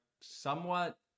Somewhat